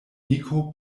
niko